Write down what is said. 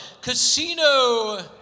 Casino